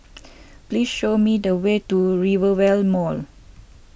please show me the way to Rivervale Mall